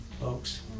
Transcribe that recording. folks